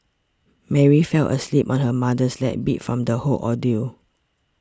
Mary fell asleep on her mother's lap beat from the whole ordeal